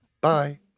Bye